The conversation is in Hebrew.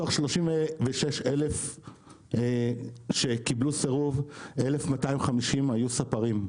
מתוך 36,000 שקיבלו סירוב, 1,250 היו ספרים.